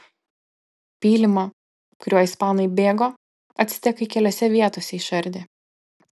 pylimą kuriuo ispanai bėgo actekai keliose vietose išardė